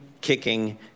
kicking